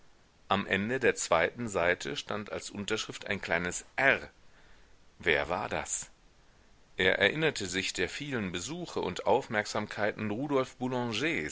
am ende der zweiten seite stand als unterschrift ein kleines r wer war das er erinnerte sich der vielen besuche und aufmerksamkeiten rudolf